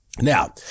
Now